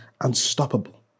unstoppable